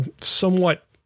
somewhat